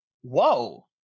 Whoa